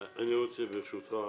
ברשותך,